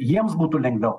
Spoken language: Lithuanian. jiems būtų lengviau